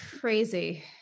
crazy